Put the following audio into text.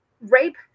rape